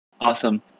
Awesome